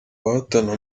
bahatana